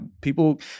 People